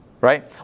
right